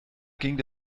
ging